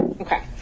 Okay